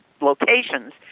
locations